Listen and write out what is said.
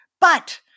But-